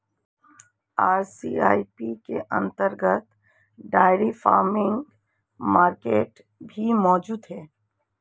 RCEP के अंतर्गत dairy farming market भी मौजूद है